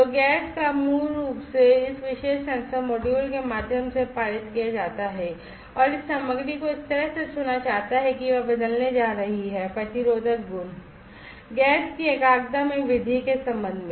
तो गैस को मूल रूप से इस विशेष सेंसर मॉड्यूल के माध्यम से पारित किया जाता है और इस सामग्री को इस तरह से चुना जाता है कि वह बदलने जा रही है प्रतिरोधक गुण गैस की एकाग्रता में वृद्धि के संबंध में